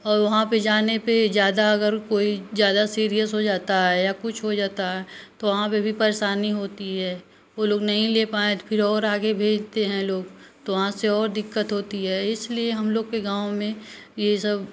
औ वहाँ पर जाने पर ज़्यादा अगर कोई ज़्यादा सिरियस हो जाता है या कुछ हो जाता है तो वहाँ पे भी परेशानी होती है वो लोग नहीं ले पाएँ तो फिर और आगे भेजते हैं लोग तो वहाँ से और दिक्कत होती है इसलिए हम लोग के गाँव मे ये सब